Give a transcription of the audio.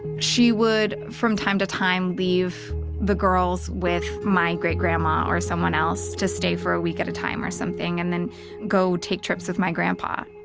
she would from time to time leave the girls with my great grandma or someone else to stay for a week at a time or something and then go take trips with my grandpa.